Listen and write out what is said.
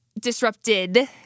disrupted